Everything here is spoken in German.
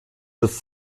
des